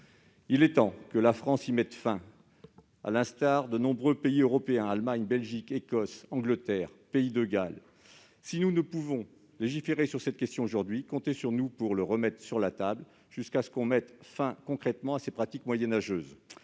Il est temps que la France y mette fin, à l'instar de nombreux pays européens- l'Allemagne, la Belgique, l'Écosse, l'Angleterre et le Pays de Galles. Si nous ne pouvons pas légiférer sur cette question aujourd'hui, comptez sur nous pour la remettre sur la table jusqu'à ce qu'il soit mis fin à ces pratiques moyenâgeuses.